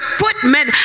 footmen